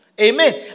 Amen